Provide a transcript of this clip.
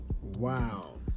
Wow